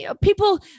people